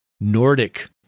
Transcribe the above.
Nordic